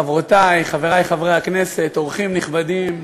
חברותי, חברי חברי הכנסת, אורחים נכבדים,